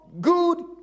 good